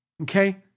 okay